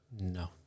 No